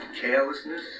carelessness